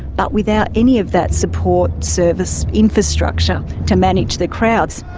but without any of that support, service, infrastructure to manage the crowds.